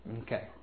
Okay